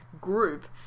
group